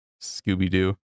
Scooby-Doo